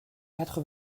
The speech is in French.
quatre